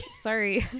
Sorry